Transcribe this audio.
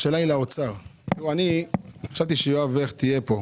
השאלה היא לאוצר, וחשבתי שיואב הכט יהיה פה.